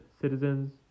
citizens